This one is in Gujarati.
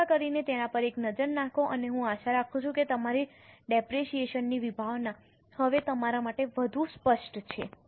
કૃપા કરીને તેના પર એક નજર નાખો અને હું આશા રાખું છું કે તમારી ડેપરેશીયેશન ની વિભાવના હવે તમારા માટે વધુ સ્પષ્ટ છે